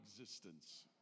existence